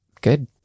good